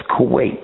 Kuwait